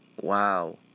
Wow